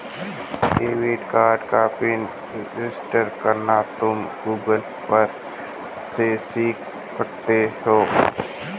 debit card का PIN reset करना तुम गूगल पर से सीख सकते हो